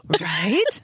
Right